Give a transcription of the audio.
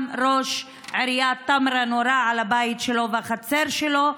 גם ראש עיריית טמרה, ירו על הבית שלו, בחצר שלו.